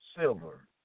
silver